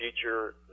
future